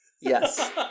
Yes